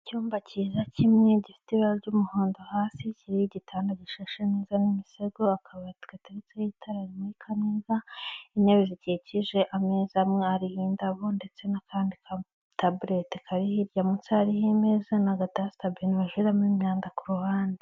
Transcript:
Icyumba cyiza kimwe gifite ibara ry'umuhondo hasi kiriho igitanda gishashe neza n'imisego akabati gateretseho itarara rimurika neza, intebe zikikije ameza amwe ariho indabo ndetse n'akandi tabulete kari hirya munsi y'ameza n'agatasita bini baviramo imyanda kuhande.